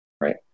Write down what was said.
right